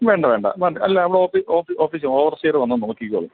വേണ്ട വേണ്ട വേണ്ട അല്ല നമ്മൾ ഓഫീസ് ഓഫീസ് ഓഫീസിൽ ഓവർസിയർ വന്ന് നോക്കിക്കോളും